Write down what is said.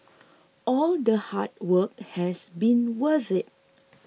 all the hard work has been worth it